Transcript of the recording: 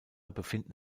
befinden